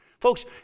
Folks